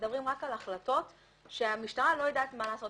אנחנו מדברים רק על החלטות שהמשטרה לא יודעת מה לעשות